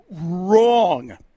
wrong